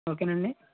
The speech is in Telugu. ఓకేనండి